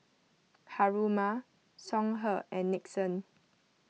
Haruma Songhe and Nixon